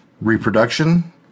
reproduction